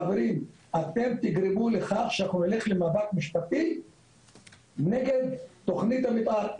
חברים אתם תגרמו לכך שאנחנו נלך למאבק משפטי נגד תכנית המתאר.